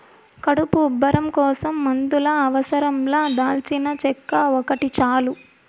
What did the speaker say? కడుపు ఉబ్బరం కోసం మందుల అవసరం లా దాల్చినచెక్క ఒకటి చాలు